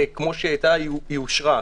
כפי שהיתה, היא אושרה.